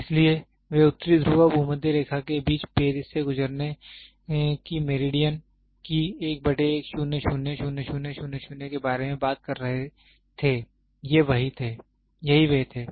इसलिए वे उत्तरी ध्रुव और भूमध्य रेखा के बीच पेरिस से गुजरने की मेरिडियन की के बारे में बात कर रहे थे यही वे थे